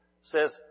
says